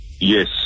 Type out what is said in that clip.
Yes